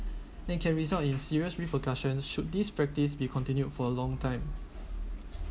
then can result in serious repercussions should this practice be continued for a long time